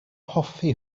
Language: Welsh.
hoffi